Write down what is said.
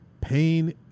pain